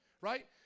Right